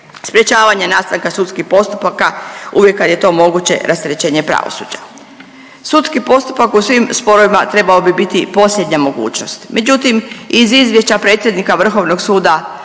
sprječavanje nastanaka sudskih postupaka uvijek kada je to moguće, rasterećenje pravosuđa. Sudski postupak u svim sporovima trebao bi biti posljednja mogućnost. Međutim, iz izvješća predsjednika Vrhovnog suda